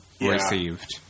received